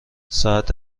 ساعت